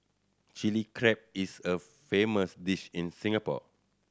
Chilli Crab is a famous dish in Singapore